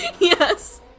Yes